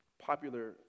popular